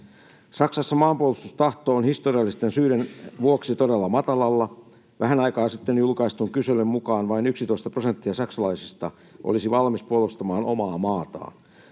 Saksassa maanpuolustustahto on historiallisten syiden vuoksi todella matalalla. Vähän aikaa sitten julkaistun kyselyn mukaan vain 11 prosenttia saksalaisista olisi valmis puolustamaan omaa maataan.